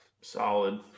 solid